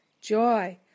joy